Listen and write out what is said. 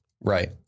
Right